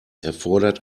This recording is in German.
erfordert